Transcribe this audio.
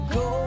go